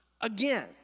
again